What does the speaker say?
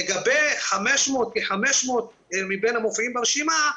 לגבי כ-500 מבין המופיעים ברשימה,